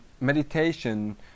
meditation